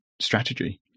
strategy